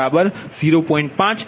5 થશે